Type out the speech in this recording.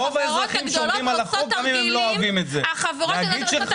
חבר'ה, האנשים קודם כול ישרים, תסתכלו עליהם ככה.